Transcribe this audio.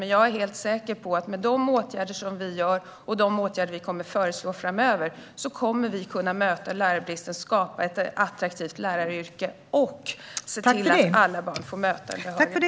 Men jag är helt säker på att vi, med de åtgärder som vi vidtar och de åtgärder som vi kommer att föreslå framöver, kommer att kunna möta lärarbristen, skapa ett attraktivt läraryrke och se till att alla barn får möta en behörig lärare.